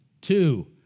Two